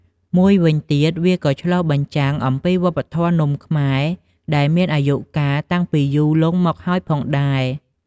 មួយវិញទៀត វាក៏ឆ្លុះបញ្ចាំងអំពីវប្បធម៌នំខ្មែរដែលមានអាយុកាលតាំងពីយូរលង់មកហើយផងដែរ។